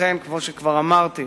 כמו שכבר אמרתי,